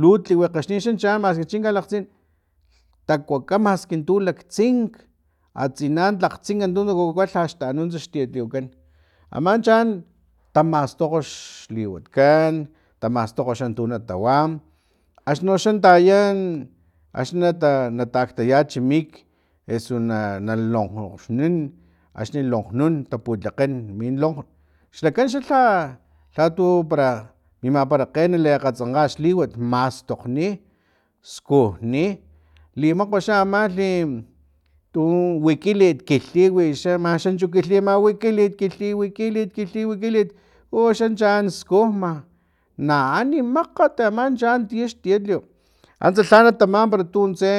lu tliwekgexnin xa chaan maski chi kalakgtsin takuka maski tun laktsink atsina tlak tsink tuna kuka lhaxtanunts xtietliwatkan aman chaan tamastokg xliwat kan tamastokg xa tunatawa axni noxa na taya axni nata nata aktayacha mik osu na lonkgoxnun axni lonkgnun taputlakge min lonkgn xlakan lha tu para mimaparakge liakgatsankga liwat makgastokgni skijni limakua xa amalhi tu wikilit liwi manchu kilhima wikilit kilhima wikilit axan chaan skujma na ani makgat aman chaan xtietliw antsa lha natama para tun tse